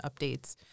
updates